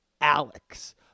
Alex